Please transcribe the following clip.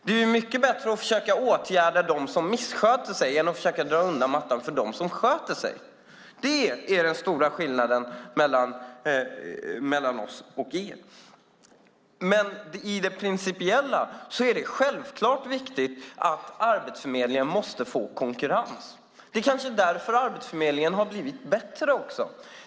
Det är mycket bättre att försöka åtgärda dem som missköter sig än att försöka dra undan mattan för dem som sköter sig. Det är den stora skillnaden mellan oss och er. Men i det principiella är det självklart viktigt att Arbetsförmedlingen måste få konkurrens. Det är kanske därför Arbetsförmedlingen har blivit bättre.